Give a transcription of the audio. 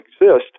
exist